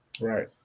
Right